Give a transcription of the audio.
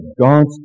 God's